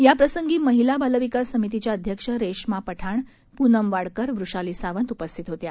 याप्रसंगी महिला बालविकास समितीच्या अध्यक्ष रेश्मा पठाण पुनम वाडकर वृषाली सावंत उपस्थित होत्या